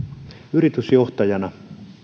yritysjohtajana